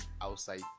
outside